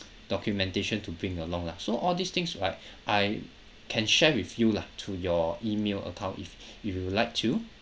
documentation to bring along lah so all these things right I can share with you lah to your email account if if you like to